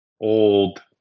old